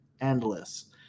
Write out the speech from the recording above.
endless